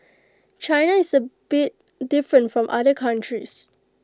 China is A bit different from other countries